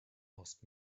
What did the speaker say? ask